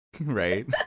Right